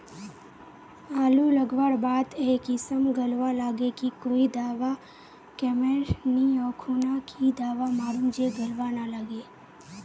आलू लगवार बात ए किसम गलवा लागे की कोई दावा कमेर नि ओ खुना की दावा मारूम जे गलवा ना लागे?